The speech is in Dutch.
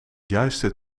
juiste